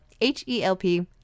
H-E-L-P